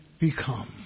become